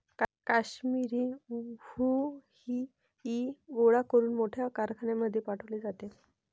काश्मिरी हुई गोळा करून मोठ्या कारखान्यांमध्ये पाठवले जाते